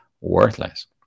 worthless